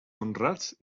honrats